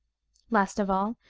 last of all,